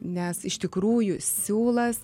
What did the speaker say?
nes iš tikrųjų siūlas